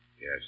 Yes